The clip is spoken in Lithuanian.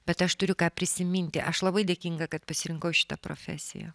bet aš turiu ką prisiminti aš labai dėkinga kad pasirinkau šitą profesiją